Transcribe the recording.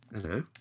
Hello